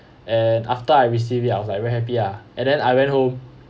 and after I received it I was like very happy ah and then I went home